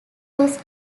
was